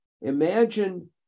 imagine